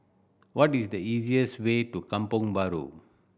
what is the easiest way to Kampong Bahru